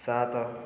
ସାତ